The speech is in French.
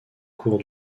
cours